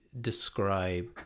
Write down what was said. describe